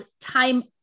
time